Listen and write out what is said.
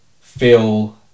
feel